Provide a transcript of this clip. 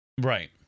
right